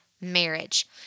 marriage